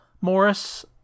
Morris